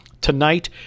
tonight